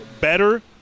better